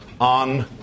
on